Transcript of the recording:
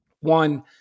one